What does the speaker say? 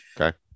Okay